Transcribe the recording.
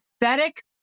pathetic